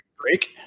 break